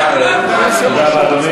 אדוני